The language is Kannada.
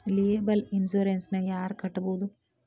ಲಿಯೆಬಲ್ ಇನ್ಸುರೆನ್ಸ್ ನ ಯಾರ್ ಕಟ್ಬೊದು?